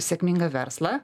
sėkmingą verslą